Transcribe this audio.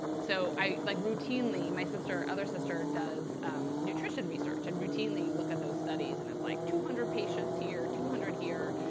so like routinely, my sister, other sister, does nutrition research. and routinely, you look at those studies, and it's like two hundred patients here, two hundred here.